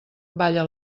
balla